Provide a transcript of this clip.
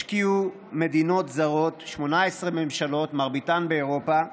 השקיעו מדינות זרות, 18 ממשלות, מרביתן באירופה,